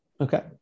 Okay